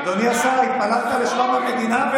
אדוני השר, התפללת תפילה לשלום המדינה?